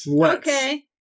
Okay